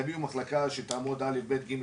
תביאו מחלקה שתעמוד ב-א', ב', ג'.